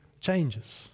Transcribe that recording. changes